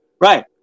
right